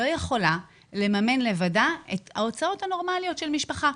לא יכולה לממן לבדה את ההוצאות הנורמליות של משפחה,